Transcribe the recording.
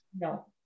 No